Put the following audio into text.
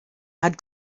had